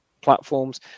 platforms